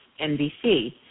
NBC